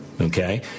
okay